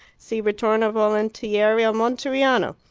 si ritorna volontieri a monteriano!